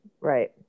Right